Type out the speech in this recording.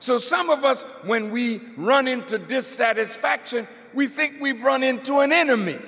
so some of us when we run into dissatisfaction we think we've run into an enemy